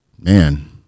man